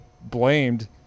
blamed